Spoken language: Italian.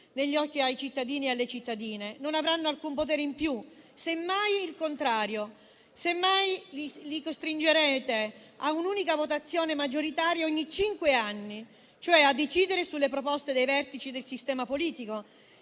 negli occhi ai cittadini e alle cittadine, perché non avranno alcun potere in più; semmai, il contrario: li costringerete a un'unica votazione maggioritaria ogni cinque anni, cioè a decidere sulle proposte dei vertici del sistema politico